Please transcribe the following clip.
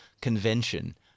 convention